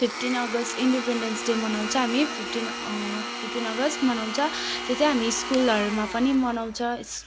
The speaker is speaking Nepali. फिफ्टिन अगस्त इन्डेपेन्डेन्स डे मनाउँछ हामी फिफ्टिन फिफ्टिन अगस्त मनाउँछ त्यो त्यही हामी स्कुलहरूमा पनि मनाउँछ इस